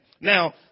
Now